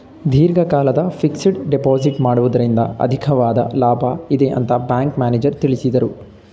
ದೀರ್ಘಕಾಲದ fixed deposit ಮಾಡುವುದರಿಂದ ಅಧಿಕವಾದ ಲಾಭ ಇದೆ ಅಂತ ಬ್ಯಾಂಕ್ ಮ್ಯಾನೇಜರ್ ತಿಳಿಸಿದರು